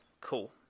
Cool